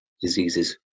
diseases